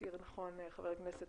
הזכיר נכון חבר הכנסת,